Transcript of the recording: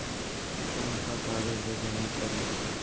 कौन का कागज ला जमा करी?